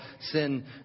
sin